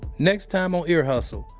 next time on ear hustle,